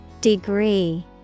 degree